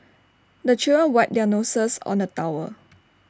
the children wipe their noses on the towel